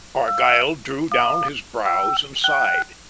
argyll drew down his brows and sighed.